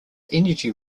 energy